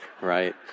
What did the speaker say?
right